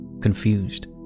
confused